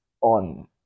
on